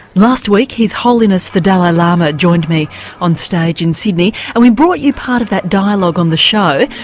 last week his holiness the dalai lama joined me on stage in sydney and we brought you part of that dialogue on the show,